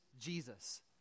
Jesus